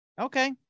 Okay